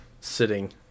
sitting